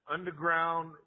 Underground